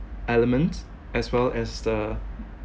element as well as the